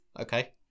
okay